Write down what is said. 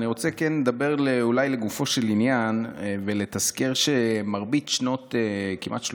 ואני רוצה כן לדבר אולי לגופו של עניין ולתזכר שכמעט 30